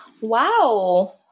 Wow